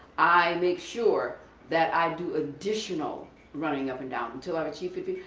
i make sure that i do additional running up and down until i have achieved fifty